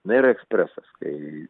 na ir ekspresas kai